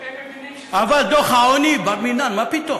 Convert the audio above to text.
עבר דוח העוני במינהל, מה פתאום?